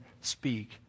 speak